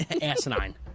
asinine